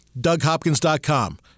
DougHopkins.com